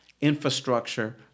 infrastructure